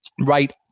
right